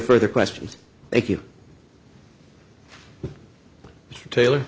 further questions thank you mr taylor